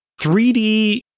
3d